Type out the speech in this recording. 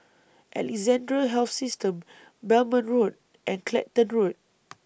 Alexandra Health System Belmont Road and Clacton Road